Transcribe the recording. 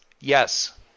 Yes